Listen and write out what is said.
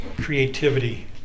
creativity